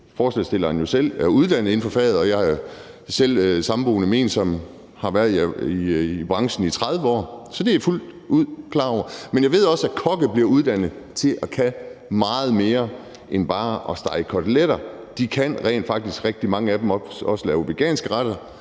selv er uddannet inden for faget, og jeg er selv samboende med en, som har været i branchen i 30 år, så det er jeg fuldt ud klar over. Men jeg ved også, at kokke bliver uddannet til at kunne meget mere end bare at stege koteletter. De kan rent faktisk, rigtig mange af dem, også lave veganske retter,